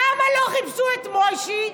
למה לא חיפשו את מוישי?